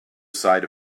side